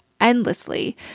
endlessly